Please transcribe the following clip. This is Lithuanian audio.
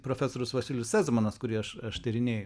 profesorius vosylius sezmanas kurį aš aš tyrinėju